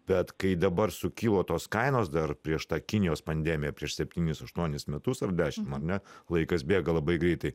bet kai dabar sukilo tos kainos dar prieš tą kinijos pandemiją prieš septynis aštuonis metus ar dešim ar ne laikas bėga labai greitai